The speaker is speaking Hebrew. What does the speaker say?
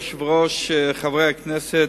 אדוני היושב-ראש, חברי הכנסת,